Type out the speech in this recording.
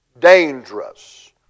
dangerous